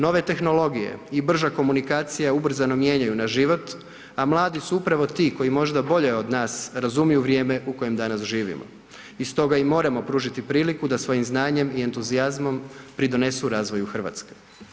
Nove tehnologije i brža komunikacija ubrzano mijenjaju naš život a mladi su upravo ti koji možda bolje od nas razumiju vrijeme u kojem danas živimo i stoga im moramo pružiti priliku da svojim znanjem i entuzijazmom pridonesu razvoju Hrvatske.